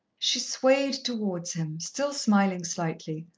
she swayed towards him, still smiling slightly,